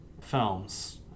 films